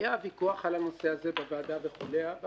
היה ויכוח על הנושא הזה בוועדה, אבל